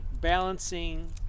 balancing